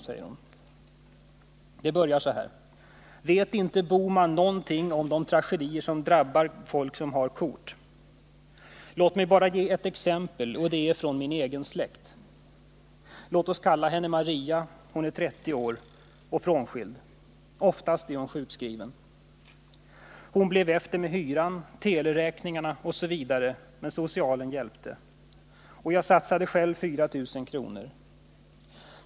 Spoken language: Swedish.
Sedan heter det i brevet: ”Vet inte Bohman något om de tragedier som dessa kort drar med sig!? Låt mig bara ge ett ex. och det ur min egen släkt. Låt oss kalla henne Maria. Hon är 30 år, frånskild. Oftast sjukskriven. Hon blev efter med hyran, tel.räkningen osv. Socialen hjälpte. Jag satsade själv 4 000 kr.